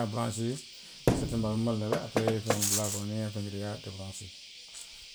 I ye a baransee fo seriteŋ momaŋ niŋ a faata aperee i feŋo bula a kono niŋ a fenketa i ye a debaranse